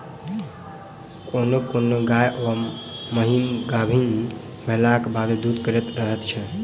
कोनो कोनो गाय वा महीस गाभीन भेलाक बादो दूध करैत रहैत छै